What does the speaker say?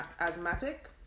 asthmatic